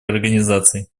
организаций